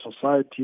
society